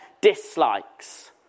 dislikes